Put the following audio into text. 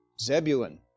Zebulun